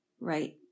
Right